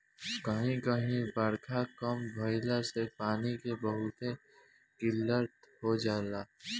कही कही बारखा कम भईला से पानी के बहुते किल्लत हो जाला